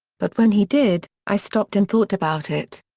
but when he did, i stopped and thought about it.